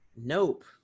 nope